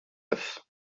neuf